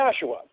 Joshua